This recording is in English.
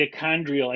mitochondrial